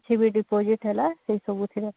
କିଛି ବି ଡିପୋଜିଟ୍ ହେଲା ସେସବୁଥିରେ